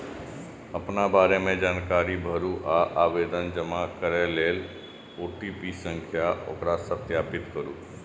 अपना बारे मे जानकारी भरू आ आवेदन जमा करै लेल ओ.टी.पी सं ओकरा सत्यापित करू